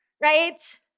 right